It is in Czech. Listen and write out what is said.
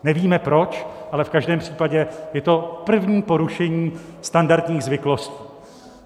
Nevíme proč, ale v každém případě je to první porušení standardních zvyklostí.